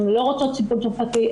הן לא רוצות טיפול תרופתי,